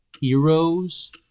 heroes